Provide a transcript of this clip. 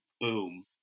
boom